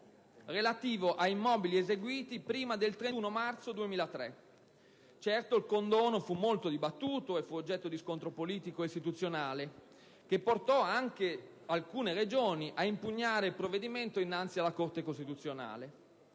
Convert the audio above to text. relativo ad immobili realizzati prima del 31 marzo 2003. Certo, il condono fu molto dibattuto e fu oggetto di scontro politico e istituzionale, che portò anche alcune Regioni ad impugnare il provvedimento dinanzi alla Corte costituzionale.